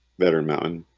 better mountain